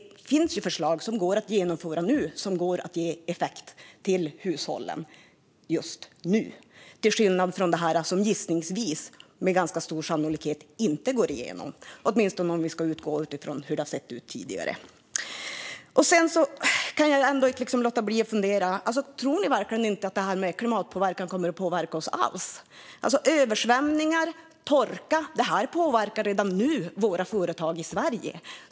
Det finns ju förslag som går att genomföra nu och som får effekt för hushållen, till skillnad från det som med stor sannolikhet inte går igenom, åtminstone om vi ska utgå från hur det har sett ut tidigare. Jag kan inte låta bli att fundera på en sak. Tror ni verkligen inte att klimateffekterna kommer att påverka oss alls? Översvämningar och torka påverkar redan nu våra företag i Sverige.